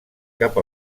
cap